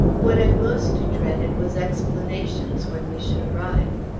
what i most dreaded was explanations when we should arrive.